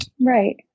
Right